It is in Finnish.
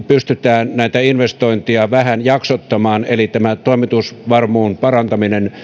pystytään näitä investointeja vähän jaksottamaan eli toimitusvarmuuden parantamista